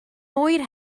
oer